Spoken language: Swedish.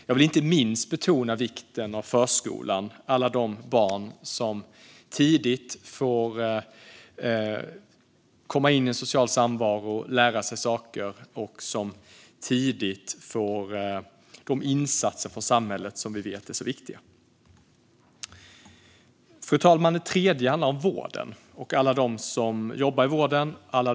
Jag vill inte minst betona vikten av förskolan för alla de barn som tidigt får komma in i en social samvaro och lära sig saker och som tidigt får de insatser från samhället som vi vet är så viktiga. Fru talman! Det tredje jag vill ta upp är vården och alla dem som jobbar där.